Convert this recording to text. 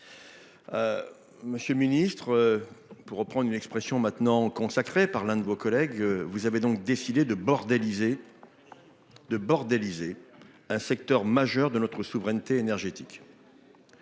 Monsieur le ministre, pour reprendre une expression maintenant consacrée par l'un de vos collègues, vous avez donc décidé de « bordéliser » un secteur majeur de notre souveraineté énergétique